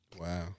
Wow